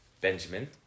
Benjamin